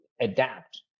adapt